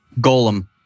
Golem